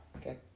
Okay